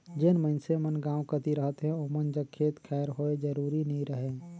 जेन मइनसे मन गाँव कती रहथें ओमन जग खेत खाएर होए जरूरी नी रहें